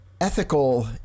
ethical